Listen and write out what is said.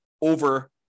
over